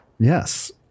Yes